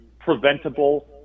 preventable